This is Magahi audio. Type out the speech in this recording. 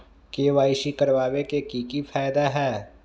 के.वाई.सी करवाबे के कि फायदा है?